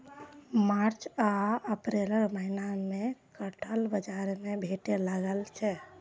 मार्च आ अप्रैलक महीना मे कटहल बाजार मे भेटै लागै छै